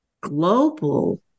global